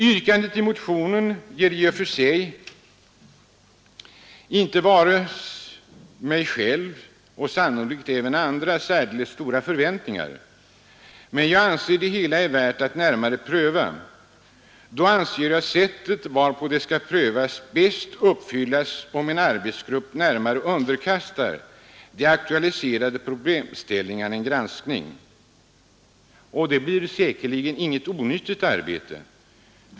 Yrkandet i motionen ger i och för sig inte mig själv och sannolikt inte heller några andra särdeles stora förväntningar. Men jag anser att det hela är värt att närmare pröva. Jag anser att det bästa sättet för en sådan prövning är att en arbetsgrupp underkastar de aktualiserade problemställningarna en närmare granskning. Och det blir säkerligen inget onyttigt arbete.